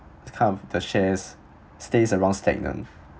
count the shares stays along stagnant